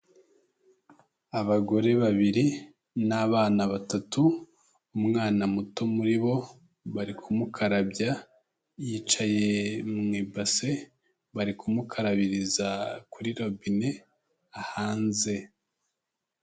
Abagore babiri n'abana batatu umwana muto muri bo bari kumukarabya, yicaye mu ibase bari kumukarabiriza kuri robine hanze.